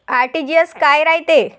RTGS काय रायते?